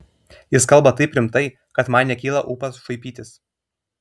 jis kalba taip rimtai kad man nekyla ūpas šaipytis